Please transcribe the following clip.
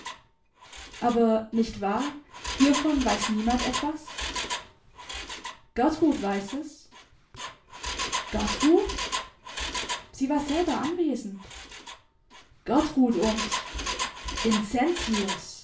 aber nicht wahr hiervon weiß niemand etwas gertrud weiß es gertrud sie war selber anwesend gertrud und